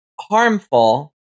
harmful